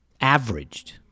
averaged